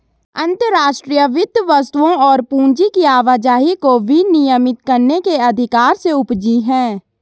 अंतर्राष्ट्रीय वित्त वस्तुओं और पूंजी की आवाजाही को विनियमित करने के अधिकार से उपजी हैं